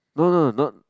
no no not